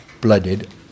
blooded